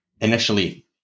initially